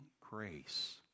grace